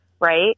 Right